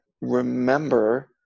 remember